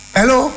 Hello